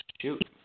shoot